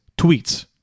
tweets